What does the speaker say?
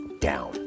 down